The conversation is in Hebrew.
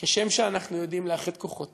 כשם שאנחנו יודעים לאחד כוחות